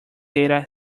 data